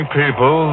people